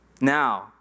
Now